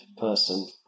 person